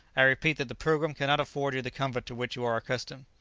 i repeat that the pilgrim cannot afford you the comfort to which you are accustomed.